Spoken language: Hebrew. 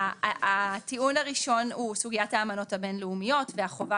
הטיעון הראשון הוא סוגיית האמנות הבין לאומיות והחובה